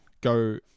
go